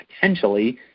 potentially